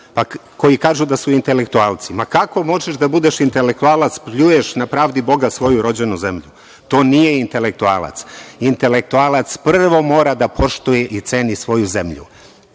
koji kažu da su intelektualci. Kako možeš da budeš intelektualac, pljuješ na pravdi Boga svoju rođenu zemlju? To nije intelektualac. Intelektualac prvo mora da poštuje i ceni svoju zemlju. Mi